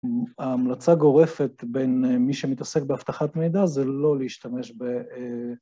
ההמלצה גורפת בין מי שמתעסק באבטחת מידע זה לא להשתמש ב...